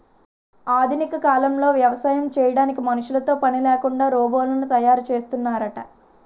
ఆధునిక కాలంలో వ్యవసాయం చేయడానికి మనుషులతో పనిలేకుండా రోబోలను తయారు చేస్తున్నారట